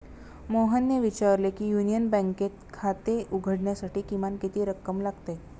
मोहनने विचारले की युनियन बँकेत खाते उघडण्यासाठी किमान किती रक्कम लागते?